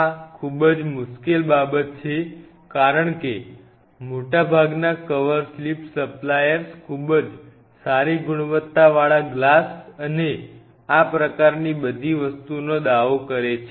આ ખૂબ જ મુશ્કેલ બાબત છે કારણ કે મોટાભાગના કવર સ્લિપ સપ્લાયર્સ ખૂબ જ સારી ગુણવત્તાવાળા ગ્લાસ અને આ પ્રકારની બધી વસ્તુઓનો દાવો કરે છે